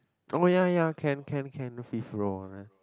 oh ya ya can can can free flow one uh